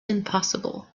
impossible